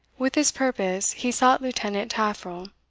with this purpose he sought lieutenant taffril.